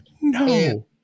No